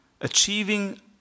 achieving